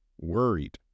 worried